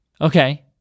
Okay